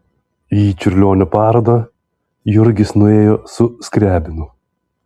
į čiurlionio parodą jurgis nuėjo su skriabinu